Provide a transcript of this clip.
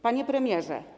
Panie Premierze!